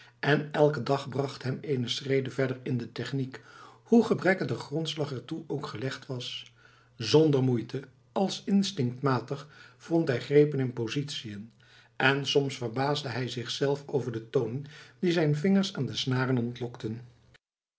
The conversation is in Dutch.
en elke dag bracht hem eene schrede verder in de techniek hoe gebrekkig de grondslag er toe ook gelegd was zonder moeite als instinctmatig vond hij grepen en positiën en soms verbaasde hij zichzelf over de tonen die zijn vingers aan de snaren ontlokten